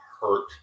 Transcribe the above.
hurt